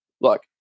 Look